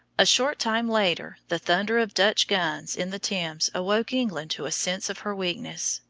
a short time later the thunder of dutch guns in the thames awoke england to a sense of her weakness,